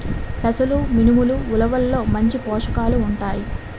పెసలు మినుములు ఉలవల్లో మంచి పోషకాలు ఉంటాయి